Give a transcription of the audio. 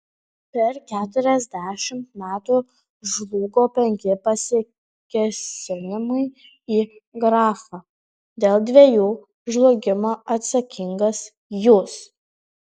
per keturiasdešimt metų žlugo penki pasikėsinimai į grafą dėl dviejų žlugimo atsakingas jūs